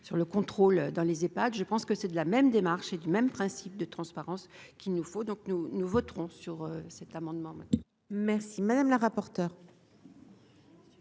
sur le contrôle dans les et Pâques, je pense que c'est de la même démarche et du même principe de transparence qu'il nous faut donc nous nous voterons sur cet amendement, merci madame la rapporteure.